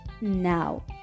now